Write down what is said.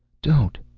don't!